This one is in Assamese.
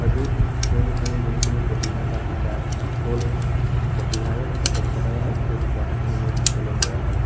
হয়তো সেই মোৰ যোনখিনি প্ৰতিভা বা বিকাশ হ'ল প্ৰতিভাৰে হওক বা দক্ষতাৰে হ'ল সেই বিকাশখিনি মোৰ হোষ্টেলৰ পৰাই হ'ল